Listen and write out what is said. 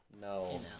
no